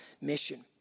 mission